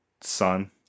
son